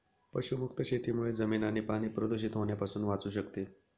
पशुमुक्त शेतीमुळे जमीन आणि पाणी प्रदूषित होण्यापासून वाचू शकते